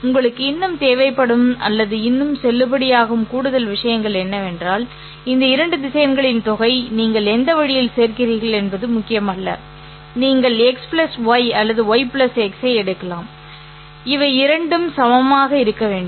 உங்களுக்கு இன்னும் தேவைப்படும் அல்லது இன்னும் செல்லுபடியாகும் கூடுதல் விஷயங்கள் என்னவென்றால் இந்த இரண்டு திசையன்களின் தொகை நீங்கள் எந்த வழியில் சேர்க்கிறீர்கள் என்பது முக்கியமல்ல நீங்கள் rightx ́y அல்லது ́y ́x ஐ எடுக்கலாம் அவை இரண்டும் சமமாக இருக்க வேண்டும்